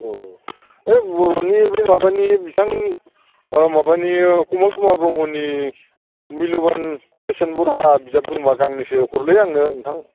अह ओइ बर'नि बै माबानि बिथां माबानि कमल कुमार ब्रह्मनि मिलुभान बेसेन बरहा बिजाब दंबा गांनैसो हरलै आंनो नोंथां